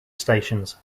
stations